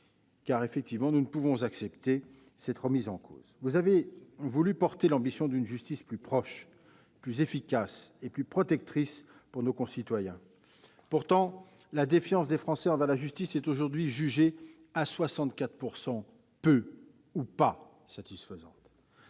situation, car nous ne pouvons accepter cette remise en cause. Vous avez voulu porter l'ambition d'une justice plus proche, plus efficace et plus protectrice pour nos concitoyens. Pourtant, la défiance des Français envers la justice est actuellement grande : 64 % de nos concitoyens